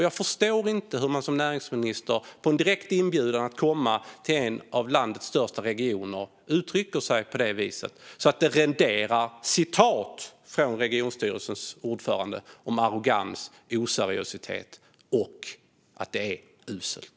Jag förstår inte hur man som näringsminister, som svar på en direkt inbjudan att komma till en av landets största regioner, kan uttrycka sig på det viset att det renderar citat från regionstyrelsens ordförande om arrogans, oseriositet och att det är uselt.